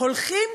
הולכים